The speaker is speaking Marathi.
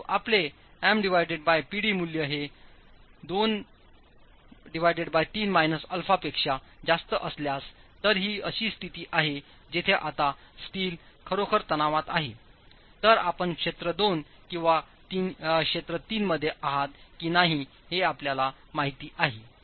परंतु आपले MPd मूल्य हे 23 - α पेक्षा जास्तअसल्यास तर हीअशी स्थिती आहे जिथे आता स्टील खरोखर तणावात आहे तर आपण क्षेत्र 2 किंवा क्षेत्र 3 मध्ये आहात की नाही हे आपल्याला माहिती आहे